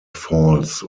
falls